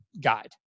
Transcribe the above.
guide